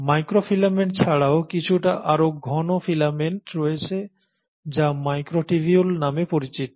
microfilament ছাড়াও কিছুটা আরও ঘন ফিলামেন্ট রয়েছে যা মাইক্রোটিবিউল নামে পরিচিত